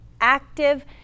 active